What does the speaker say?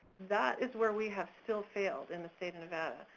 that is where we have still failed in the state of nevada,